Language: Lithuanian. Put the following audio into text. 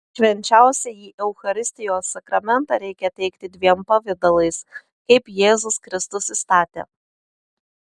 švenčiausiąjį eucharistijos sakramentą reikia teikti dviem pavidalais kaip jėzus kristus įstatė